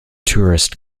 tourist